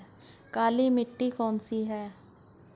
काली मिट्टी कौन सी है?